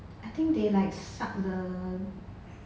I think they like suck the